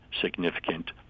significant